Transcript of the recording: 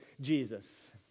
Jesus